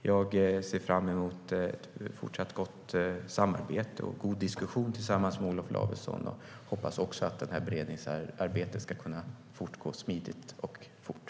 Jag ser fram emot ett fortsatt gott samarbete och en god diskussion tillsammans med Olof Lavesson och hoppas också att beredningsarbetet ska gå smidigt och fort.